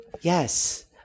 Yes